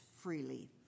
freely